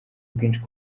bwinshi